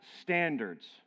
standards